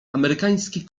amerykański